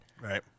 Right